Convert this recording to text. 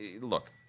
Look